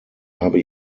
habe